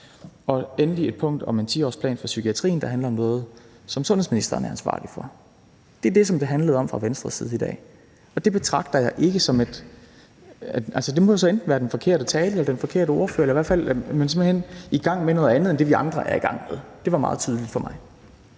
er der et punkt om en 10-årsplan for psykiatrien, der handler om noget, som sundhedsministeren er ansvarlig for. Det er det, som det i dag handler om for Venstre. Det må så enten være den forkerte tale eller den forkerte ordfører. Man er simpelt hen i gang med noget andet end det, vi andre er i gang med. Det er meget tydeligt for mig.